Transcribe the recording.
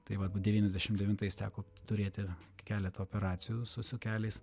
tai va devyniasdešim devintais teko turėti keletą operacijų su su keliais